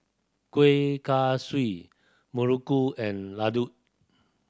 Kuih Kaswi Muruku and Laddu